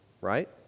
right